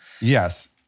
Yes